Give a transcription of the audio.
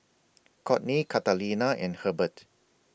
Cortney Catalina and Hurbert